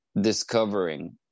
discovering